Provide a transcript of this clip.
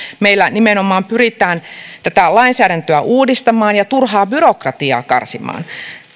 meillä nimenomaan pyritään tätä lainsäädäntöä uudistamaan ja turhaa byrokratiaa karsimaan